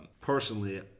personally